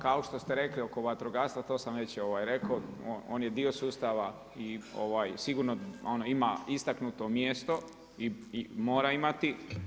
Kao što ste rekli oko vatrogastva to sam već rekao on je dio sustava i sigurno ono ima istaknuto mjesto i mora imati.